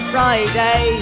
Friday